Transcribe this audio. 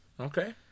Okay